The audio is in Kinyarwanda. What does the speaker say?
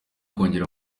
kongera